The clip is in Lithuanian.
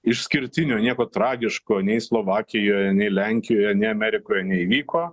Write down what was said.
išskirtinio nieko tragiško nei slovakijoje nei lenkijoje nei amerikoj neįvyko